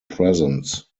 presence